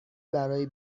برای